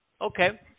okay